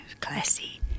Classy